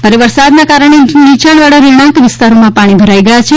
ભારે વરસાદનાં કારણે નીરાણવાળા રહેણાંક વિસ્તારોમાં પાણી ભરાઈ ગયા છે